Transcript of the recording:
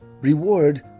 reward